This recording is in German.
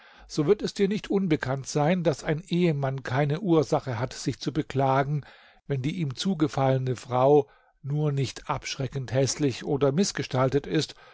so wird es dir nicht unbekannt sein daß ein ehemann keine ursache hat sich zu beklagen wenn die ihm zugefallene frau nur nicht abschreckend häßlich oder mißgestaltet ist